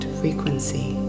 frequency